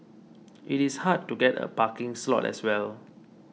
it is hard to get a parking slot as well